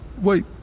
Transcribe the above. Wait